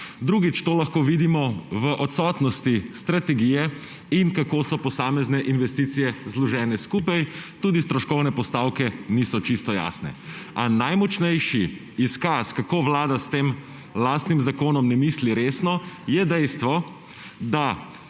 Drugič to lahko vidimo v odsotnosti strategije in v tem, kako so posamezne investicije zložene skupaj, tudi stroškovne postavke niso čisto jasne. A najmočnejši izkaz, kako Vlada s tem lastnim zakonom ne misli resno, je dejstvo, da